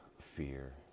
fear